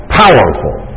powerful